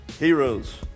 Heroes